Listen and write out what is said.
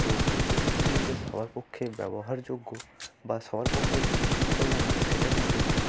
তো বৈদ্যুতিক ইস্ত্রি যে সবার পক্ষে ব্যবহারযোগ্য বা সবার পক্ষে খুবই সুবিধাজনক সেটা কিন্তু নয়